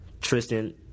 Tristan